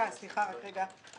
סליחה רק רגע,